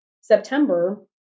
September